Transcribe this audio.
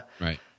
right